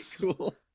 cool